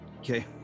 Okay